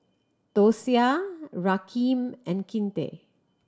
Dosia Rakeem and Kinte